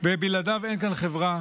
ובלעדיו אין כאן חברה.